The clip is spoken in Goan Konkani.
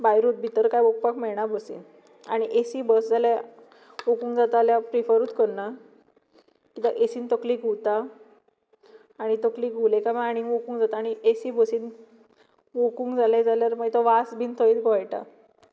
भायरूच भितर काय ओंकपाक मेळना बसींत आनी ए सी बस जाल्यार ओकूंक जाता जाल्यार प्रेफरूच करना कित्याक ए सीन तकली घुंवता आनी तकली घुंवली काय मागीर आनी ओकूंक जाता ए सी बसीन ओकूंक जालें जाल्यार मागीर तो वास बी थंयच घोळटा